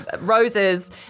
roses